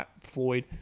Floyd